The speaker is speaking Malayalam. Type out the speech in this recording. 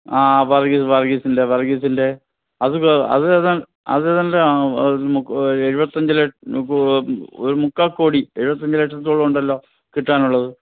ആ വർഗീസ് വർഗീസിൻ്റെ വർഗീസിൻ്റെ അത് കാ അത് ഏതാണ് അത് ഏതാണ്ട് ആ ഒരു മുക്ക് എഴുപത്തഞ്ച് ലക്ഷം കോടി ഒരു മുക്കാൽ കോടി എഴുപത്തഞ്ച് ലക്ഷത്തോളം ഉണ്ടല്ലോ കിട്ടാനുള്ളത്